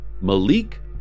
Malik